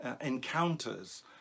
encounters